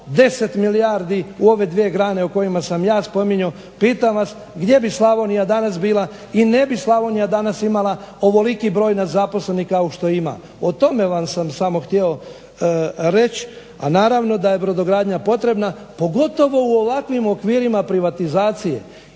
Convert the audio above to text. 10 milijardi u ove dvije grane o kojima sam ja spominjao. Pitam vas gdje bi Slavonija danas bila i ne bi Slavonija danas imala ovoliki broj nezaposlenih kao što ima. O tome sam vam samo htio reći, a naravno da je brodogradnja potrebna pogotovo u ovakvim okvirima privatizacije.